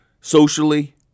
socially